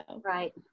right